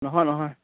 নহয় নহয়